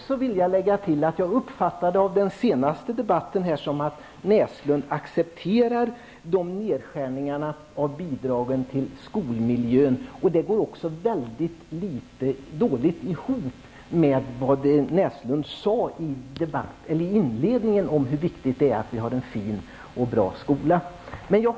Som jag uppfattade det av den föregående diskussionen accepterar Ingrid Näslund nedskärningarna av bidragen till skolmiljön. Det går dåligt ihop med vad Ingrid Näslund sade inledningsvis, nämligen att det är viktigt att vi har en fin och bra skola.